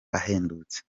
ahendutse